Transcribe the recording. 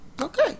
Okay